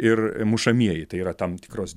ir mušamieji tai yra tam tikros